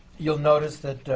you'll notice that